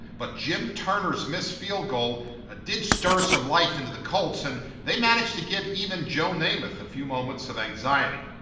but jim turner's missed field goal ah did stir some life into the colts. and they managed to give even joe namath a few moments of anxiety.